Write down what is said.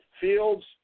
fields